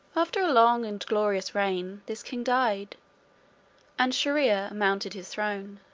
after a long and glorious reign, this king died and shier-ear mounted his throne.